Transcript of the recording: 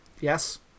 Yes